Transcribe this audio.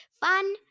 Fun